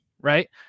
right